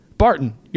Barton